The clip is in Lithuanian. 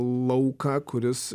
lauką kuris